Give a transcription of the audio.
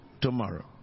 tomorrow